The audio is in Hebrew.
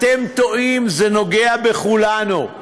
אתם טועים, זה נוגע בכולנו.